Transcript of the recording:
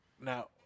Now